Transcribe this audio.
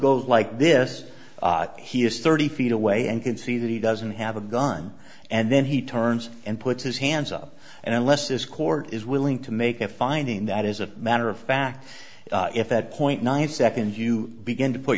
goes like this he is thirty feet away and can see that he doesn't have a gun and then he turns and puts his hands up and unless this court is willing to make a finding that is a matter of fact if that point nine seconds you begin to put